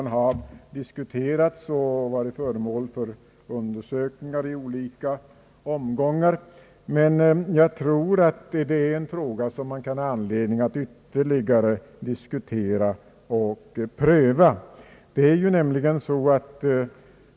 Den har diskuterats och varit föremål för undersökningar i olika omgångar, men jag tror att man kan ha anledning att ytterligare diskutera och pröva den.